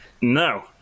No